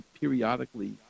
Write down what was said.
periodically